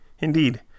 Indeed